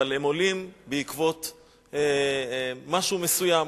אבל הם עולים בעקבות משהו מסוים.